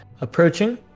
approaching